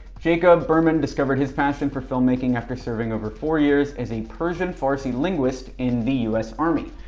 jacob berman discovered his passion for filmmaking after serving over four years as a persian farsi linguist in the us army.